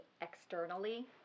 externally